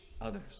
others